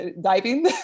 diving